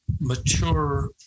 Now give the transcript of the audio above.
mature